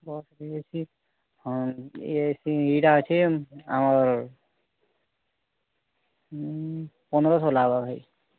costly ବେଶୀ ହଁ ଇଏ ସି ଏଇଟା ଅଛି ଆମର ହୁଁ ପନ୍ଦରଶହ ଲାଗ୍ବା ଭାଇ